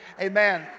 amen